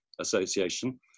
Association